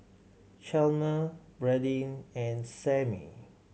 Chalmer Brandyn and Sammie